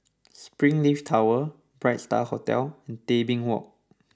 Springleaf Tower Bright Star Hotel Tebing Walk